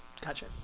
Gotcha